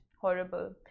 horrible